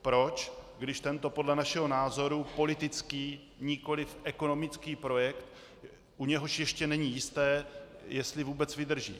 Proč, když tento podle našeho názoru politický nikoliv ekonomický projekt, u něhož ještě není jisté, jestli vůbec vydrží?